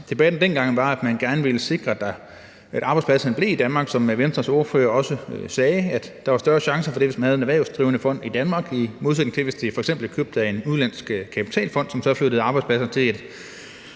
Debatten dengang gik ud på, at man gerne ville sikre, at arbejdspladserne blev i Danmark. Som Venstres ordfører også sagde, var der større chance for det, hvis man havde en erhvervsdrivende fond i Danmark, i modsætning til hvis det f.eks. var købt af en udenlandsk kapitalfond, som så flyttede arbejdspladserne til et